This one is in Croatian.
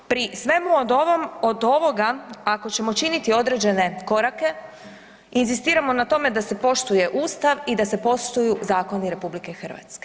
Pri svemu od ovoga ako ćemo činiti određene korake inzistiramo na tome da se poštuje Ustav i da se poštuju zakoni RH.